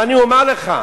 אני אומר לך: